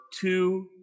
two